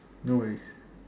no worries